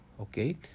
okay